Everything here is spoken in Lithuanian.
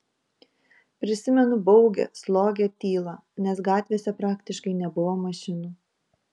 prisimenu baugią slogią tylą nes gatvėse praktiškai nebuvo mašinų